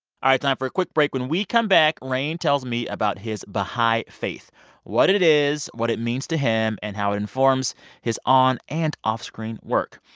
time for a quick break. when we come back, rainn tells me about his baha'i faith what it is, what it means to him and how it informs his on and off-screen work.